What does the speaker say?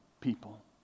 people